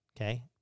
Okay